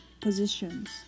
positions